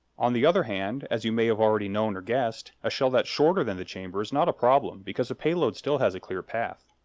on the other hand, as you may have already known or guessed, a shell that's shorter than the chamber is not a problem, because the payload still has a clear path.